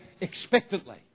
expectantly